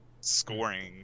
scoring